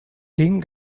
tinc